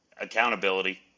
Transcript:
accountability